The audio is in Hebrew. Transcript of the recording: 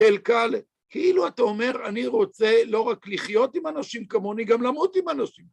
אלקל, כאילו אתה אומר, אני רוצה לא רק לחיות עם אנשים כמוני, גם למות עם אנשים.